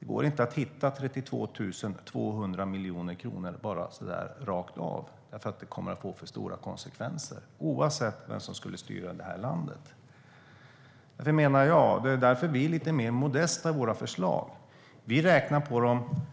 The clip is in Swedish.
Det går inte att hitta 32 200 miljoner kronor bara så där rakt av, för det kommer att få för stora konsekvenser, oavsett vem som skulle styra detta land. Det menar jag. Det är därför som vi är lite mer modesta i våra förslag. Vi räknar på dem när det gäller